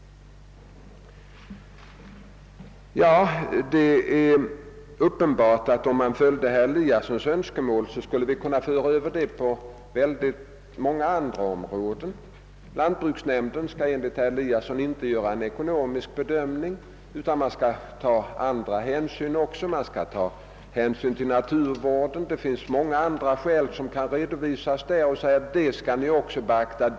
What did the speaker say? Det är uppenbart att om vi följde herr Eliassons önskemål skulle vi kunna föra över hans resonemang på många andra områden. Lantbruksnämnden skall enligt herr Eliasson inte bara göra en ekonomisk bedömning utan också ta andra hänsyn, bl.a. till naturvården. Det finns många andra omständigheter som även kan böra beaktas.